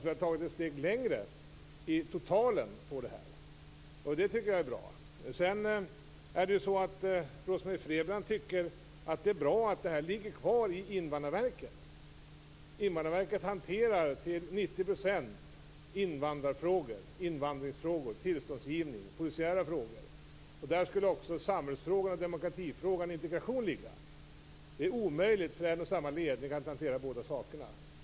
Vi har alltså totalt sett gått ett steg längre här, och det tycker jag är bra. Sedan tycker Rose-Marie Frebran att det är bra att det här ligger kvar i Invandrarverket. Invandrarverket hanterar till 90 % invandrarfrågor - invandringsfrågor, tillståndsgivning och polisiära frågor. Där skulle alltså även samhällsfrågan, demokratifrågan och integrationsfrågan ligga. Det är omöjligt för en och samma ledning att hantera båda sakerna.